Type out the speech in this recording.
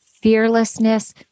fearlessness